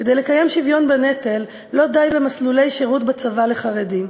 כדי לקיים שוויון בנטל לא די במסלולי שירות בצבא לחרדים.